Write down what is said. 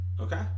Okay